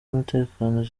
umutekano